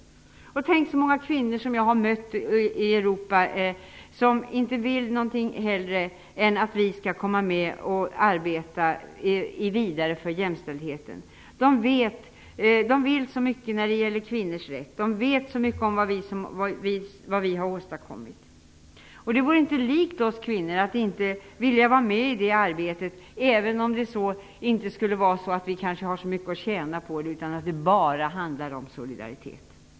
Och tänk så många kvinnor som jag har mött ute i Europa som inte vill någonting hellre än att vi skall komma med och arbeta vidare för jämställdheten! De vill så mycket när det gäller kvinnors rätt. De vet så mycket om vad vi har åstadkommit. Det vore inte likt oss kvinnor att inte vilja vara med i det arbetet, även om vi inte har så mycket att tjäna på det, även om det "bara" skulle handla om solidaritet.